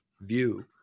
view